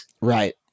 Right